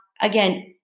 again